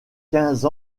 quinze